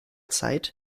zeit